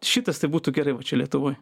šitas tai būtų gerai va čia lietuvoj